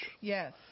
Yes